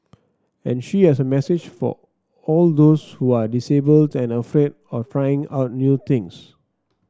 and she has a message for all those who are disabled and afraid of trying out new things